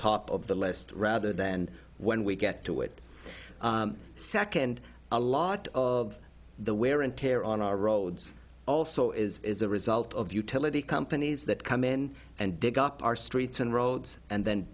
top of the list rather then when we get to it second a lot of the wear and tear on our roads also is a result of utility companies that come in and dig up our streets and roads and then